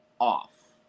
off